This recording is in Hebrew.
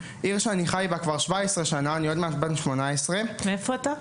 עיר שבה אני חי כבר 17 שנה --- מאיפה אתה?